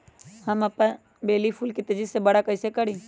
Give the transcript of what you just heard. हम अपन बेली फुल के तेज़ी से बरा कईसे करी?